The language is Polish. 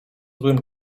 złym